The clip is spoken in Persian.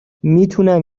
میتونم